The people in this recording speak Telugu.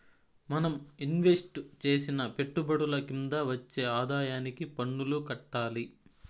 మనం ఇన్వెస్టు చేసిన పెట్టుబడుల కింద వచ్చే ఆదాయానికి పన్నులు కట్టాలి